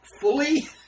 Fully